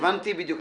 הבנתי בדיוק.